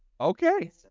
Okay